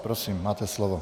Prosím, máte slovo.